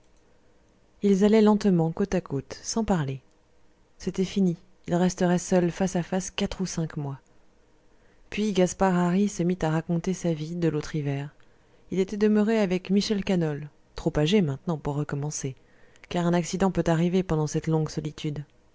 ils allaient lentement côte à côte sans parler c'était fini ils resteraient seuls face à face quatre ou cinq mois puis gaspard hari se mit à raconter sa vie de l'autre hiver il était demeuré avec michel canol trop âgé maintenant pour recommencer car un accident peut arriver pendant cette longue solitude